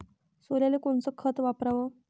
सोल्याले कोनचं खत वापराव?